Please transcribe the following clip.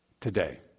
today